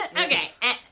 Okay